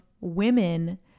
women